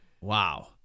Wow